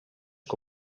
que